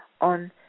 on